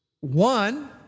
One